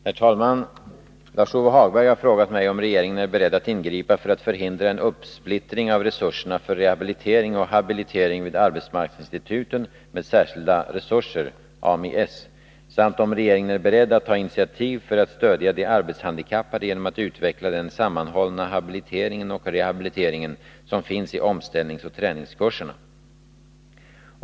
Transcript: Herr talman! Lars-Ove Hagberg har frågat mig om regeringen är beredd att ingripa för att förhindra en uppsplittring av resurserna för rehabilitering och habilitering vid Arbetsmarknadsinstituten med särskilda resurser samt om regeringen är beredd att ta initiativ för att stödja de arbetshandikappade genom att utveckla den sammanhållna habiliteringen och rehabiliteringen som finns i omställningsoch träningskurserna.